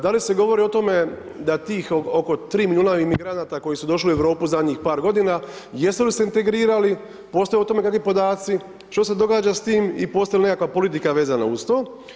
Da li se govori o tome da tih oko 3 milijuna imigranata koji su došli u Europu zadnjih par godina jesu li se integrirali, postoje li o tome kakvi podaci, što se događa sa tim i postoji li nekakva politika vezana uz to?